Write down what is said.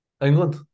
England